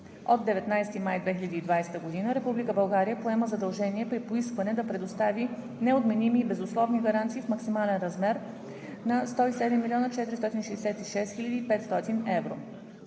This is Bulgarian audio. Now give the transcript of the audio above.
Република България поема задължение при поискване да предостави неотменими и безусловни гаранции в максимален размер от 107 млн. 466 хил. 500 евро